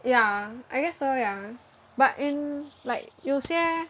yeah I guess so ya but in like 有些